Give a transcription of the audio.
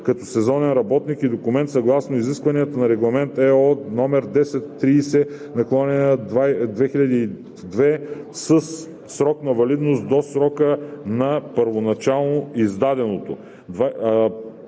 като сезонен работник и документ съгласно изискванията на Регламент (ЕО) № 1030/2002 със срок на валидност до срока на първоначално издаденото.